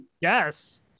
Yes